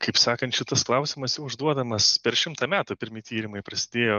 kaip sakant šitas klausimas jau užduodamas per šimtą metų pirmi tyrimai prasidėjo